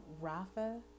Rafa